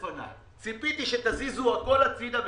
ציפיתי שתזיזו הכל הצידה ותגידו: